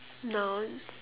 no